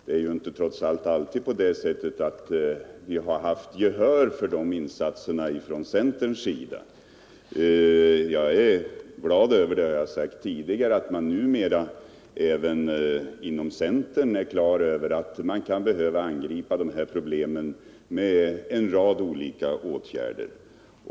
Vi har inte alltid haft gehör från centerns sida för de önskemålen. Jag är glad över — det har jag sagt tidigare — att man numera även inom centern är på det klara med att problemen behöver angripas genom en rad olika åtgärder.